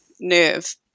nerve